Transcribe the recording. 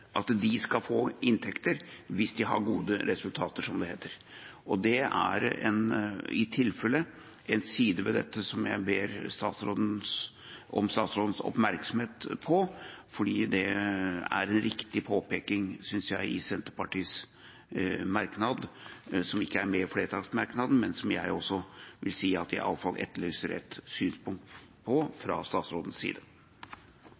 få inntekter hvis de har gode resultater, som det heter. Det er i tilfelle en side ved dette som jeg ber om at statsråden er oppmerksom på, for det er en riktig påpeking, synes jeg, i merknaden fra Senterpartiet, som ikke er med på flertallsmerknaden, men der jeg også vil si at jeg etterlyser i alle fall et synspunkt på det fra statsrådens side.